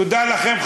תודה לכם,